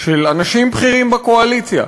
של אנשים בכירים בקואליציה,